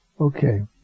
Okay